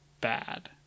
bad